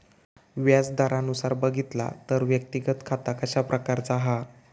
व्याज दरानुसार बघितला तर व्यक्तिगत खाता कशा प्रकारचा हा?